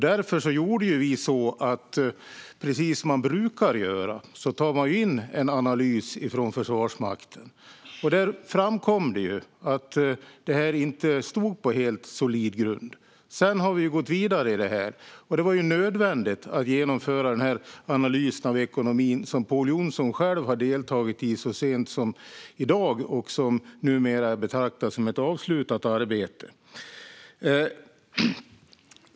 Därför gjorde vi precis som man brukar göra, tog in en analys från Försvarsmakten, och där framkom det att detta inte stod på helt solid grund. Sedan har vi gått vidare. Det var nödvändigt att genomföra denna analys av ekonomin, som Pål Jonson själv har deltagit i så sent som i dag och som numera är att betrakta som ett avslutat arbete.